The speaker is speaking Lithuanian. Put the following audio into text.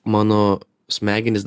mano smegenys